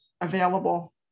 Available